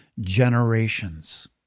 generations